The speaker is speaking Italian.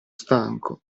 stanco